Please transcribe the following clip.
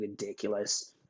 ridiculous